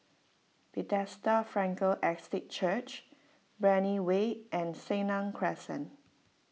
Bethesda Frankel Estate Church Brani Way and Senang Crescent